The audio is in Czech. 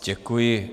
Děkuji.